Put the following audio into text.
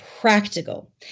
practical